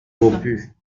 beaupuy